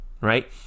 right